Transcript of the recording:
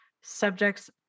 subjects